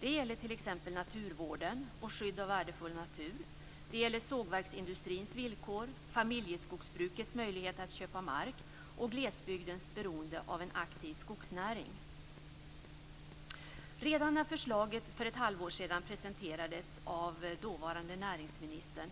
Det gäller t.ex. naturvården och skydd av värdefull natur, sågverksindustrins villkor, familjeskogsbrukets möjlighet att köpa mark och glesbygdens beroende av en aktiv skogsnäring. Redan när förslaget för ett halvår sedan presenterades av den dåvarande näringsministern